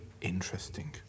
interesting